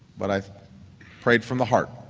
but i prayed from the heart.